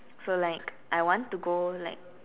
so like I want to go like